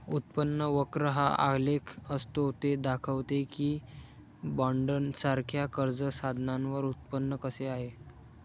उत्पन्न वक्र हा आलेख असतो ते दाखवते की बॉण्ड्ससारख्या कर्ज साधनांवर उत्पन्न कसे आहे